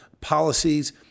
policies